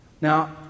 Now